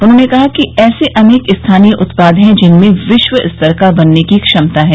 उन्होंने कहा कि ऐसे अनेक स्थानीय उत्पाद हैं जिनमें विश्व स्तर का बनने की क्षमता है